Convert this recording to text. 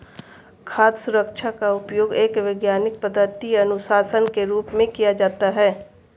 खाद्य सुरक्षा का उपयोग एक वैज्ञानिक पद्धति अनुशासन के रूप में किया जाता है